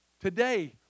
today